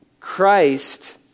Christ